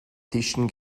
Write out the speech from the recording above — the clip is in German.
tischen